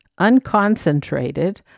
unconcentrated